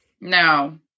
no